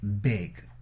big